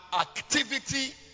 activity